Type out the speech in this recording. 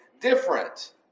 different